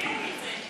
תסביר לי את זה.